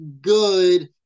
good